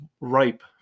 ripe